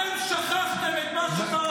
אתם שכחתם את מה שפרשת ויחי אומרת.